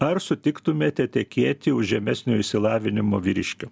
ar sutiktumėte tekėti už žemesnio išsilavinimo vyriškio